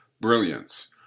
Brilliance